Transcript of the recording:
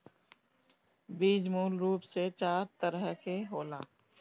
बीज मूल रूप से चार तरह के होला